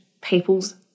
people's